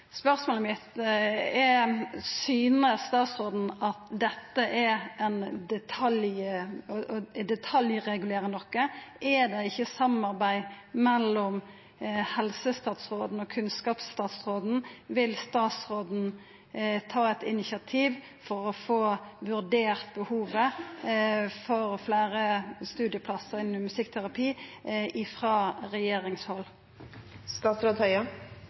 Spørsmålet mitt er: Synest statsråden at dette er å detaljregulere noko? Er det ikkje samarbeid mellom helsestatsråden og kunnskapsstatsråden? Vil statsråden ta initiativ til å få vurdert behovet for fleire studieplassar innan musikkterapi